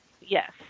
Yes